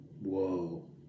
Whoa